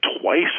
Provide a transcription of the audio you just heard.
twice